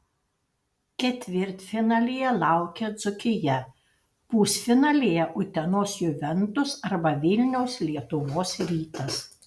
ketvirtfinalyje laukia dzūkija pusfinalyje utenos juventus arba vilniaus lietuvos rytas